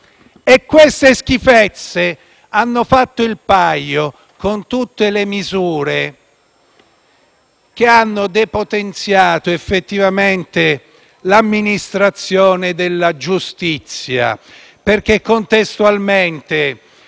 Queste schifezze hanno fatto il paio con tutte le misure che hanno depotenziato effettivamente l'amministrazione della giustizia, perché contestualmente